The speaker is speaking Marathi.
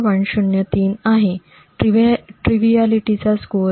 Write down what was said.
03 आहे ट्रिव्हिएलिटीचा स्कोअर 0